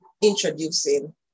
introducing